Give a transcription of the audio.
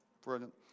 Brilliant